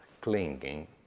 clinging